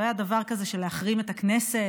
לא היה דבר כזה להחרים את הכנסת,